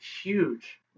huge